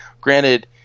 Granted